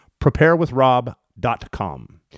Preparewithrob.com